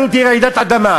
אפילו תהיה רעידת אדמה